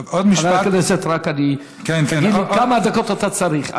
חבר הכנסת, רק תגיד לי, כמה דקות אתה צריך?